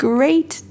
Great